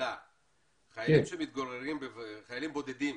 חיילים בודדים